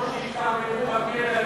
במקום שישתעממו בכלא,